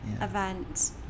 event